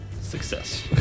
success